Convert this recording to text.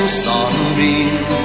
sunbeam